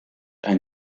ein